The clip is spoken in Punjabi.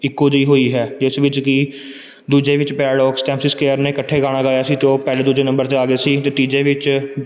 ਇੱਕੋ ਜਿਹੀ ਹੋਈ ਹੈ ਜਿਸ ਵਿੱਚ ਕਿ ਦੂਜੇ ਵਿੱਚ ਪੈਰਾਡੋਕਸ ਅਤੇ ਐਮ ਸੀ ਸਕੇਅਰ ਨੇ ਇਕੱਠੇ ਗਾਣਾ ਗਾਇਆ ਸੀ ਅਤੇ ਉਹ ਪਹਿਲੇ ਦੂਜੇ ਨੰਬਰ 'ਤੇ ਆ ਗਏ ਸੀ ਅਤੇ ਤੀਜੇ ਵਿੱਚ